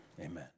Amen